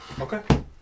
Okay